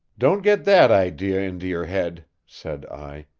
don't get that idea into your head, said i.